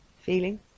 feeling